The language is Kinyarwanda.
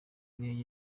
koreya